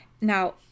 Now